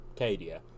Cadia